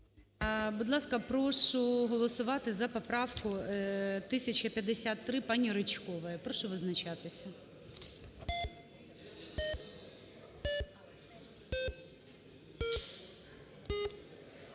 Будь ласка, прошу голосувати за поправку 1053 пані Ричкової. Я прошу визначатися.